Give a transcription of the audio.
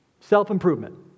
Self-improvement